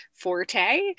Forte